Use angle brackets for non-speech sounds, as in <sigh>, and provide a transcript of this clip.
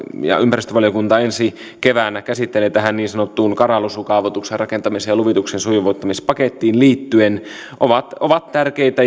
ja ympäristövaliokunta ensi keväänä käsittelevät tähän niin sanottuun karalusuun kaavoituksen rakentamiseen ja luvituksen sujuvoittamispakettiin liittyen ovat ovat tärkeitä <unintelligible>